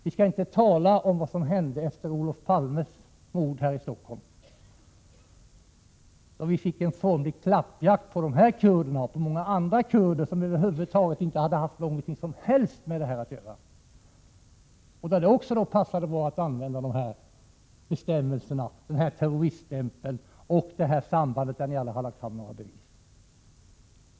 Vi skall inte tala om vad som hände efter mordet på Olof Palme här i Stockholm, då vi fick en formlig klappjakt på dessa kurder — och på många andra kurder, som över huvud taget inte haft någonting som helst med detta att göra. Men då passade det bra att använda terroriststämpeln och detta samband, som ni aldrig har lagt fram några bevis för.